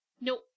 No